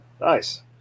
Nice